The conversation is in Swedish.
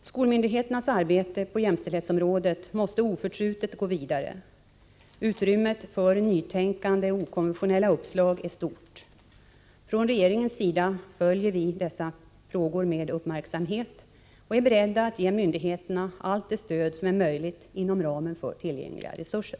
Skolmyndigheternas arbete på jämställdhetsområdet måste oförtrutet gå vidare. Utrymmet för nytänkande och okonventionella uppslag är stort. Från regeringens sida följer vi dessa frågor med uppmärksamhet och är beredda att ge myndigheterna allt det stöd som är möjligt inom ramen för tillgängliga resurser.